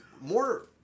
More